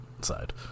side